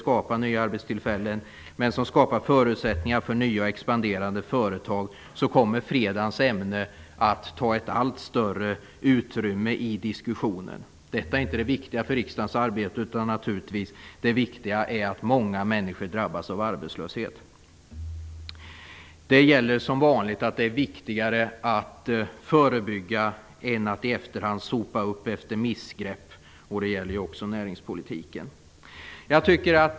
Men utan en framgångsrik näringspolitik som skapar förutsättningar för nya och expanderande företag kommer fredagens ämne att ta ett allt större utrymme i diskussionen. Det är inte det viktiga för riksdagens arbete. Det viktiga är att många människor drabbas av arbetslöshet. Det gäller som vanligt att det är viktigare att förebygga än att i efterhand sopa upp efter missgrepp. Det gäller också i näringspolitiken.